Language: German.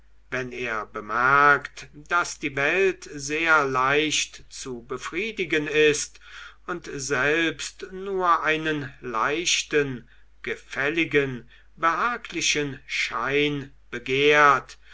wenn er bemerkt daß die welt sehr leicht zu befriedigen ist und selbst nur einen leichten gefälligen behaglichen schein begehrt